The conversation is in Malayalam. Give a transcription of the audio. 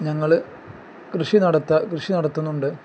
ഞങ്ങൾ കൃഷി നടത്താൻ കൃഷി നടത്തുന്നുണ്ട്